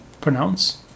pronounce